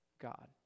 God